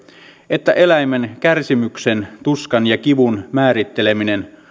että eläimen kärsimyksen tuskan ja kivun määritteleminen